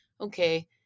okay